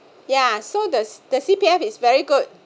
ya so does the C_P_F is very good